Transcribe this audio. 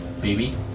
baby